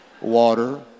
water